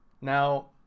now